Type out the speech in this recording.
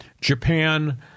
Japan